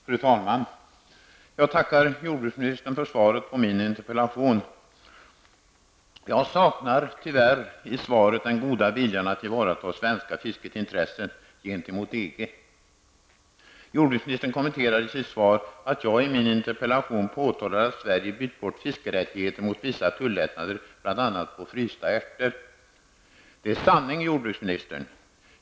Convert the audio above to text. Fru talman! Jag tackar jordbruksministern för svaret på min interpellation. Jag saknar tyvärr i svaret den goda viljan att tillvarata det svenska fiskets intressen gentemot EG. Jordbruksministern kommenterar i sitt svar att jag i min interpellation påpekar att Sverige har bytt bort fiskerättigheter mot vissa tullättnader, bl.a. på frysta ärtor. Det är sanning, jordbruksministern.